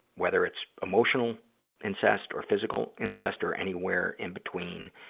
whether it's emotional incest or physical incest or anywhere in between,